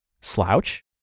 Slouch